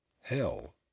Hell